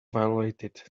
violated